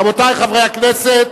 רבותי חברי הכנסת,